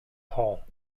paul